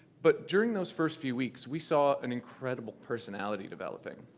but during those first few weeks, we saw an incredible personality developing.